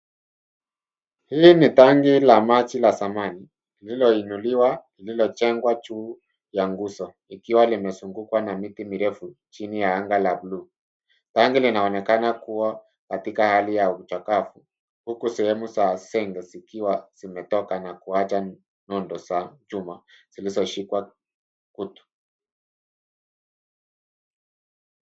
Hili ni tanki lamaji la zamani lililoinuliwa lililojengwa juu ya nguzolikiwa limezungukwa na miti mirefu chini ya anga la buluu. Tanki linaonekana kuwa katika hali ya uchakavu huku sehemu za zege zikiwa zimetoka na kuwacha nundu za chuma zilizoacha kutu.